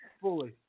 fully